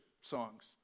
songs